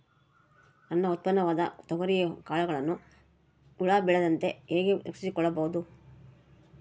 ನನ್ನ ಉತ್ಪನ್ನವಾದ ತೊಗರಿಯ ಕಾಳುಗಳನ್ನು ಹುಳ ಬೇಳದಂತೆ ಹೇಗೆ ರಕ್ಷಿಸಿಕೊಳ್ಳಬಹುದು?